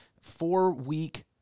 four-week